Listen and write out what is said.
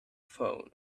phone